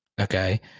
Okay